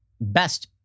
best